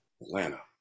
Atlanta